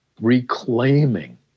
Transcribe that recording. reclaiming